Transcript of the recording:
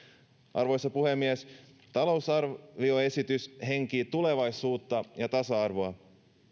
arvoisa puhemies talousarvioesitys henkii tulevaisuutta ja tasa arvoa